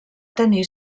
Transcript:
tenir